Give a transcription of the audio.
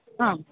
हाम्